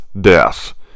death